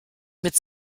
mit